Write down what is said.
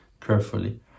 carefully